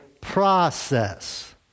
process